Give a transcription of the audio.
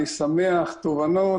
אני שמח תובנות.